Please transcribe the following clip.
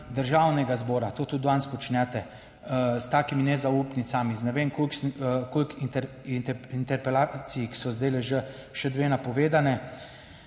Državnega zbora to tudi danes počnete, s takimi nezaupnicami, z ne vem koliko interpelacij, ki so zdaj že še dve napovedane.